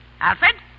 Alfred